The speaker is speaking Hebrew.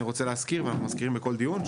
אני רוצה להזכיר ואנחנו מזכירים בכל דיון,